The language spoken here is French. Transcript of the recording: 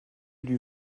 lui